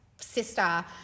sister